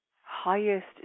highest